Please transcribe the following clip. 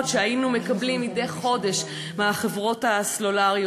שהיינו מקבלים מדי חודש מחברות הסלולר,